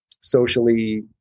Socially